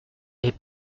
est